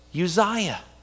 Uzziah